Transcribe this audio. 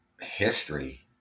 history